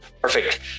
Perfect